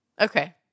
okay